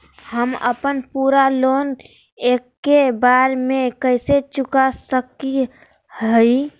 हम अपन पूरा लोन एके बार में कैसे चुका सकई हियई?